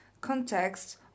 context